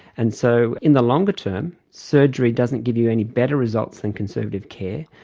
and so in the longer term, surgery doesn't give you any better results than conservative care,